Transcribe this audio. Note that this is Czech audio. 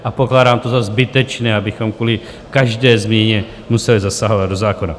A pokládám za zbytečné, abychom kvůli každé změně museli zasahovat do zákona.